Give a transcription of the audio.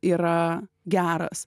yra geras